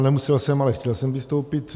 Nemusel jsem, ale chtěl jsem vystoupit.